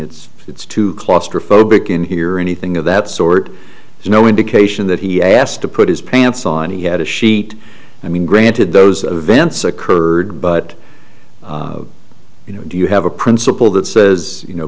know it's too claustrophobic in here or anything of that sort is no indication that he asked to put his pants on he had a sheet i mean granted those events occurred but you know do you have a principle that says you know